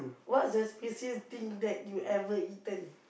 what's the spiciest thing that you ever eaten